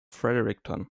fredericton